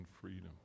freedom